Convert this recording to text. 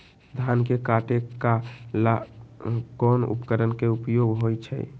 धान के काटे का ला कोंन उपकरण के उपयोग होइ छइ?